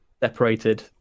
separated